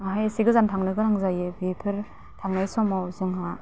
माहाय इसे गोजान थांनो गोनां जायो बेफोर थांनाय समाव जोंहा